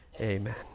Amen